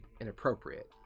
inappropriate